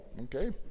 Okay